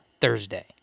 thursday